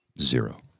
Zero